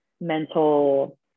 mental